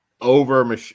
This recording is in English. over